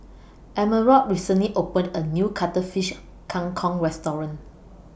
Emerald recently opened A New Cuttlefish Kang Kong Restaurant